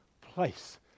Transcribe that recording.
place